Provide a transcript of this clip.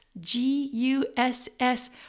G-U-S-S